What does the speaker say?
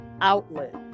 outlet